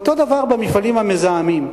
אותו דבר במפעלים המזהמים.